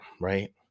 right